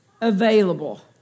available